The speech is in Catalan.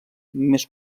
més